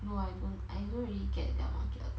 no I won't don't really get their macchiato